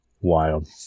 Wild